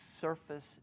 surface